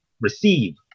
receive